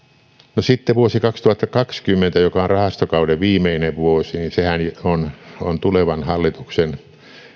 sitten vuosi kaksituhattakaksikymmentä joka on rahastokauden viimeinen vuosi sehän on on tulevan hallituksen